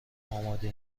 آماده